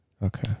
Okay